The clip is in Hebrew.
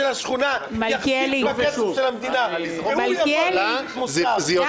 השכונה יחזיק בכסף של המדינה והוא יבוא ויטיף מוסר.